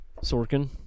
Sorkin